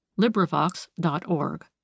LibriVox.org